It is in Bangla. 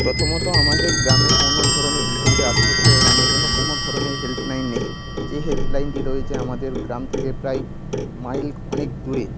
প্রথমত আমাদের গ্রামে কোন ধরনের কৃষকদের আত্মহত্যা এড়ানোর জন্য কোন ধরনের হেল্পলাইন নেই যে হেল্পলাইনটি রয়েছে আমাদের গ্রাম থেকে প্রায় মাইল অনেক দূরে